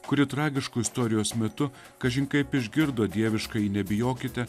kuri tragišku istorijos metu kažin kaip išgirdo dieviškąjį nebijokite